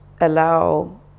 allow